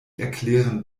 erklären